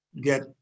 get